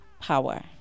power